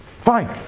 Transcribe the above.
Fine